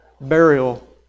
burial